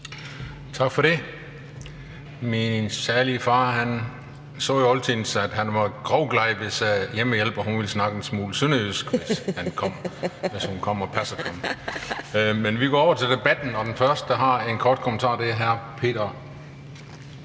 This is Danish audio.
Tak for det. Min salige far sagde jo altid, at han var grovglad, hvis hjemmehjælperen ville snakke en smule sønderjysk, når hun kom og passede ham. Men vi går over til debatten og den første, der har en kort bemærkning, er hr. Peder